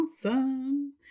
Awesome